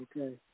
Okay